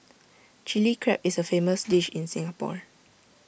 Chilli Crab is A famous dish in Singapore